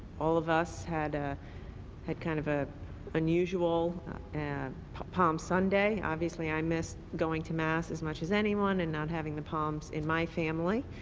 all of us had ah had kind of an ah unusual and palm sunday. obviously, i miss going to mass as much as everyone and not having the palms in my family.